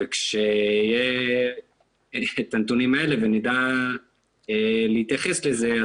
כשיהיה את הנתונים האלה ונדע להתייחס לזה,